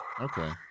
Okay